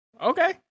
Okay